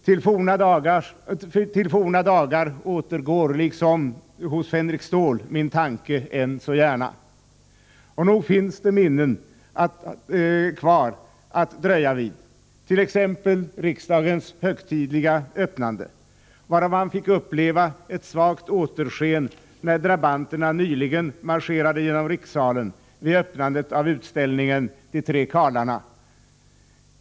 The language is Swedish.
Till forna dagar återgår liksom hos Fänrik Ståhl min tanke än så gärna. Nog finns det minnen kvar att dröja vid, t.ex. riksdagens högtidliga öppnande, varav man fick uppleva ett svagt återsken, när drabanterna nyligen marscherade genom rikssalen vid öppnandet av utställningen De tre Karlarna.